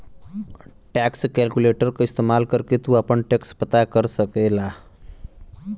tax calculator क इस्तेमाल करके तू आपन टैक्स पता कर सकला